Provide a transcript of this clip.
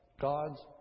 God's